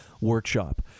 workshop